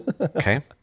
Okay